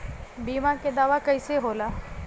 बीमा के दावा कईसे होला?